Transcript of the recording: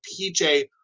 PJ